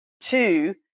two